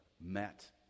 met